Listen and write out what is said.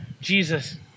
Jesus